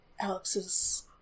Alex's